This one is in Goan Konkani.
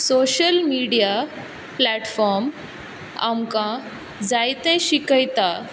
सोशल मिडीया प्लेटफोर्म आमकां जायतें शिकयता